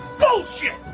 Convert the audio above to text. bullshit